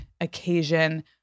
occasion